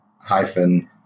hyphen